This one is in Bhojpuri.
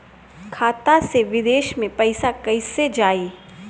खाता से विदेश मे पैसा कईसे जाई?